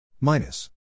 Minus